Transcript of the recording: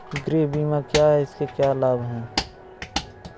गृह बीमा क्या है इसके क्या लाभ हैं?